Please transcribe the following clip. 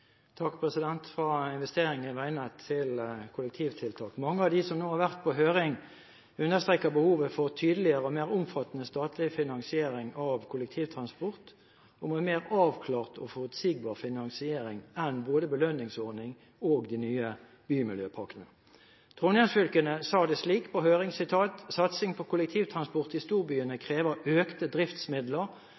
kollektivtiltak: Mange av dem som nå har vært i høring, understreker behovet for tydeligere og mer omfattende statlig finansiering av kollektivtransport og en mer avklart og forutsigbar finansiering enn både belønningsordningen og de nye bymiljøpakkene. Trøndelagsfylkene sa det slik i høringen: «Satsing på kollektivtransport i storbyene krever økte driftsmidler.